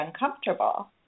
uncomfortable